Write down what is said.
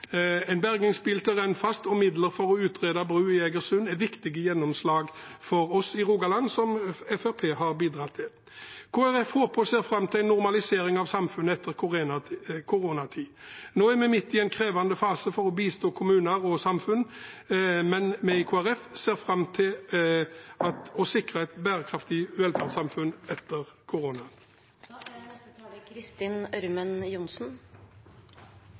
og midler for å utrede bru i Egersund er viktige gjennomslag for oss i Rogaland, som Fremskrittspartiet har bidratt til. Kristelig Folkeparti håper på og ser fram til en normalisering av samfunnet etter koronatiden. Nå er vi midt i en krevende fase for å bistå kommuner og samfunn, men vi i Kristelig Folkeparti ser fram til å sikre et bærekraftig velferdssamfunn etter